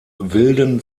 wilden